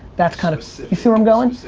that's kind of see where i'm going?